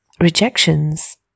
Rejections